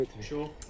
sure